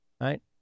right